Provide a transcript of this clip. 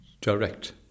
direct